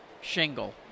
shingle